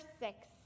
six